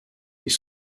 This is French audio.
des